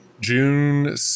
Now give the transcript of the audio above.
june